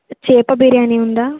చేప బిర్యాని ఉందా